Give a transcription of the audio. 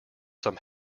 some